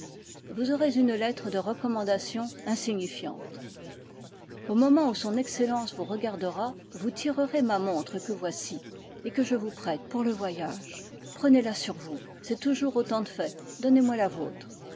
vous aurez une lettre de recommandation insignifiante au moment où son excellence vous regardera vous tirerez ma montre que voici et que je vous prête pour le voyage prenez-la sur vous c'est toujours autant de fait donnez-moi la vôtre